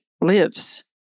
lives